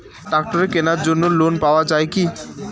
ট্রাক্টরের কেনার জন্য লোন পাওয়া যায় কি?